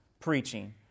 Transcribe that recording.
preaching